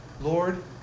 Lord